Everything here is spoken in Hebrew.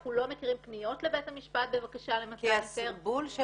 אנחנו לא מכירים פניות לבית המשפט בבקשה למתן היתר --- כי הסרבול של